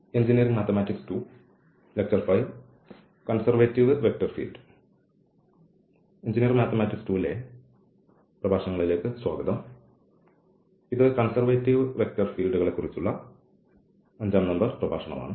engineering mathematics 2 ലെ പ്രഭാഷണങ്ങളിലേക്ക് സ്വാഗതം ഇത് കൺസർവേറ്റീവ് വെക്റ്റർ ഫീൽഡ് കളെക്കുറിച്ചുള്ള അഞ്ചാം നമ്പർ പ്രഭാഷണമാണ്